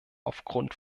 aufgrund